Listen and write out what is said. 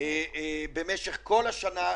במשך כל השנה,